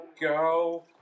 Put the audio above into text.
go